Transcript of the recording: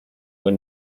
were